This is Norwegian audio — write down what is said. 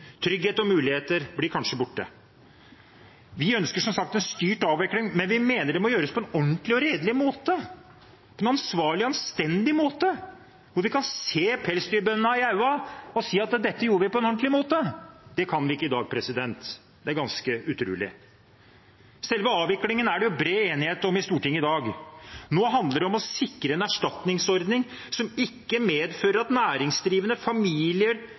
Trygghet og muligheter blir kanskje borte. Vi ønsker som sagt en styrt avvikling, men vi mener det må gjøres på en ordentlig og redelig måte, på en ansvarlig og anstendig måte, hvor vi kan se pelsdyrbøndene i øynene og si at vi gjorde dette på en ordentlig måte. Det kan vi ikke i dag, og det er ganske utrolig. Selve avviklingen er det bred enighet om i Stortinget i dag. Nå handler det om å sikre en erstatningsordning som ikke medfører at næringsdrivende, familier,